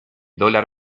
dólar